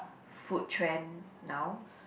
food trend now